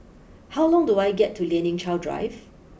how long do I get to Lien Ying Chow Drive